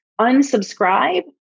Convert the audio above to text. unsubscribe